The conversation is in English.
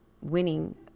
winning